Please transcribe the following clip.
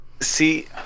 see